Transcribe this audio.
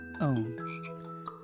own